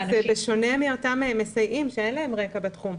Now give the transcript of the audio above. זה בשונה מאותם מסייעים שאין להם רקע בתחום.